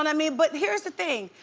and i mean but here is the thing.